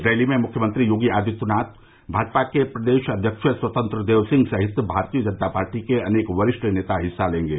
rally में मुख्यमंत्री योगी आदित्यनाथ भाजपा के प्रदेश अध्यक्ष स्वतंत्र देव सिंह सहित भारतीय जनता पार्टी के अनेक वरिष्ठ नेता हिस्सा लेंगे